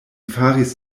faris